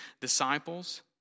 disciples